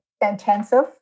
intensive